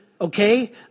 okay